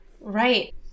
right